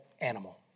animal